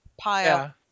pile